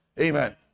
Amen